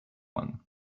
one